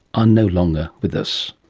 are no longer with us.